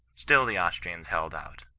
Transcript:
still the austrians held out,